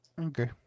Okay